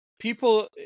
people